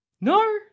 No